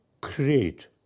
create